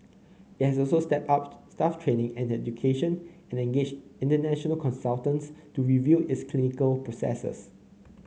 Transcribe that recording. it has also stepped up staff training and education and engaged international consultants to review its clinical processes